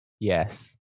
yes